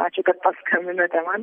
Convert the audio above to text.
ačiū kad paskambinote man